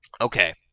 Okay